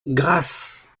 grasse